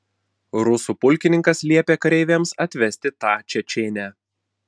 rusų pulkininkas liepė kareiviams atvesti tą čečėnę